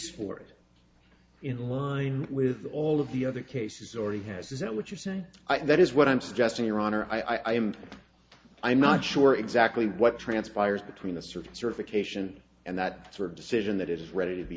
it in line with all of the other cases already has is that what you're saying i think that is what i'm suggesting your honor i am i'm not sure exactly what transpires between the circuit certification and that sort of decision that is ready to be